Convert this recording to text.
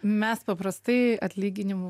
mes paprastai atlyginimų